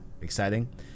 Exciting